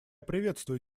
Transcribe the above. приветствую